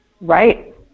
right